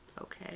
okay